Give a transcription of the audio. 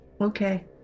Okay